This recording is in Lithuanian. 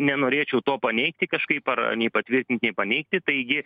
nenorėčiau to paneigti kažkaip ar nei patvirtint nei paneigti taigi